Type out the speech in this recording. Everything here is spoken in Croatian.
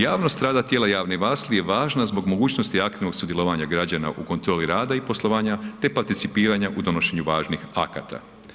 Javnost rada tijela javne vlasti je važna zbog mogućnosti aktivnog sudjelovanja građana u kontroli rada i poslovanja te participiranja u donošenju važnih akata.